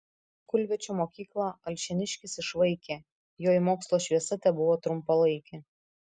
kulviečio mokyklą alšėniškis išvaikė joj mokslo šviesa tebuvo trumpalaikė